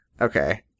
okay